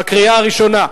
בקריאה הראשונה.